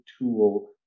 tool